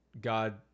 God